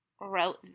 wrote